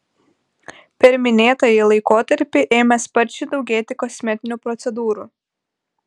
per minėtąjį laikotarpį ėmė sparčiai daugėti kosmetinių procedūrų